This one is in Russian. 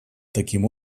таким